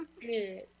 Good